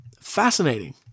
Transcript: Fascinating